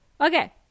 Okay